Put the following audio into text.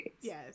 Yes